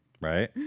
Right